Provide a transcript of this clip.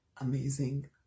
amazing